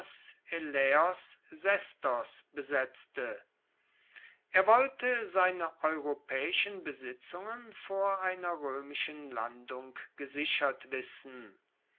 besetzte er wollte seine europaeischen besitzungen vor einer roemischen landung gesichert wissen